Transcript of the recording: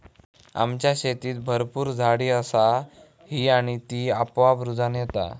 आमच्या शेतीत भरपूर झाडी असा ही आणि ती आपोआप रुजान येता